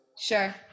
Sure